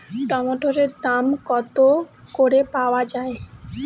টমেটোর দাম কত করে পাওয়া যায়?